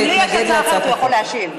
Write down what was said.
היא להתנגד להצעת החוק.